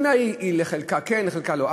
בעיני היא בחלקה כן, בחלקה לא.